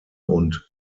und